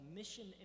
Mission